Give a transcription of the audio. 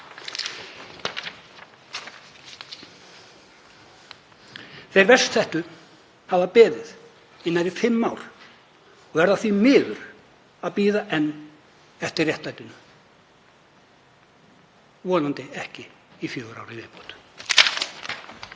Þeir verst settu hafa beðið í nærri fimm ár og verða því miður að bíða enn eftir réttlætinu. Vonandi ekki í fjögur ár í viðbót.